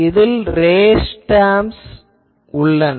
இதில் race terms உள்ளன